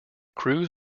crews